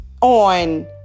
on